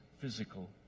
physical